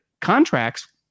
contracts